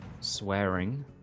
Swearing